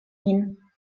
min